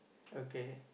okay